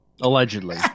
Allegedly